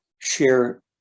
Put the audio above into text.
share